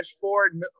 Ford